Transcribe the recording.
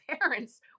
parents